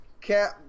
Cap